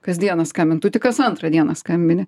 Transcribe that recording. kasdieną skambint tu tik kas antrą dieną skambini